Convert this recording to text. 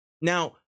Now